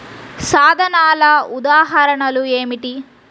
సాధనాల ఉదాహరణలు ఏమిటీ?